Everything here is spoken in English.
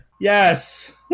Yes